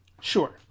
Sure